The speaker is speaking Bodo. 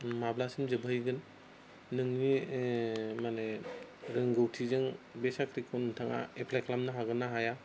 माब्लासिम जोबहैगोन नोंनि माने रोंगौथिजों बे साख्रिखौ नोंथाङा एप्लाइ खालामनो हागोन ना हाया